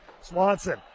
Swanson